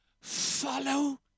follow